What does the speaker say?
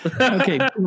Okay